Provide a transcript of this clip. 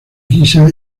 guisa